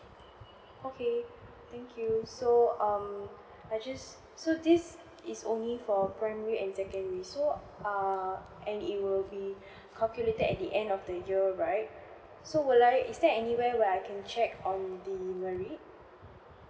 okay thank you so um I just so this is only for primary and secondary so err and it will be calculated at the end of the year right so like is there anywhere where I can check um the merit